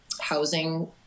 housing